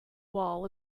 wall